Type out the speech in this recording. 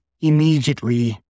immediately